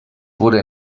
wurde